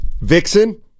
vixen